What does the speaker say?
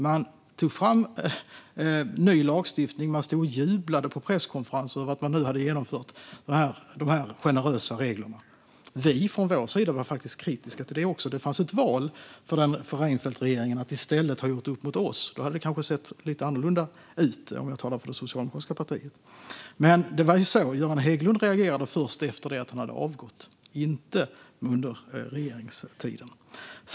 Man tog fram ny lagstiftning, och man stod och jublade på presskonferenser över att man nu hade genomfört de generösa reglerna. Vi från vår sida var faktiskt också kritiska. Det fanns ett val för Reinfeldtregeringen att i stället göra upp med oss. Då hade det kanske sett lite annorlunda ut - om jag talar för det socialdemokratiska partiet. Men Göran Hägglund reagerade först efter det att han hade avgått, inte under regeringstiden.